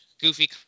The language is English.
goofy